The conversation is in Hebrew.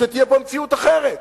שתהיה פה מציאות אחרת.